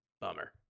Bummer